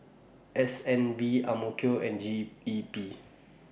S N B Kill and G E P